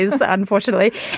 unfortunately